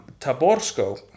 Taborsko